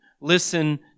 listen